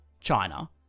China